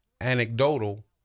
anecdotal